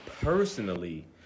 personally